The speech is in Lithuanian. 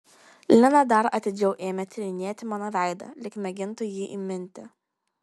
lina dar atidžiau ėmė tyrinėti mano veidą lyg mėgintų jį įminti